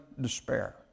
despair